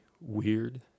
weird